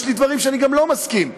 יש גם דברים שאני לא מסכים להם,